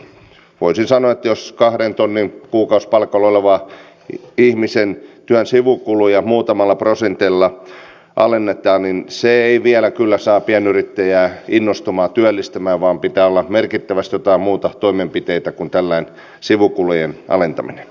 voisi sanoa että jos kahden tonnin kuukausipalkalla olevan ihmisen työn sivukuluja muutamalla prosentilla alennetaan niin se ei vielä kyllä saa pienyrittäjää innostumaan työllistämään vaan pitää olla merkittävästi jotain muita toimenpiteitä kuin tällainen sivukulujen alentaminen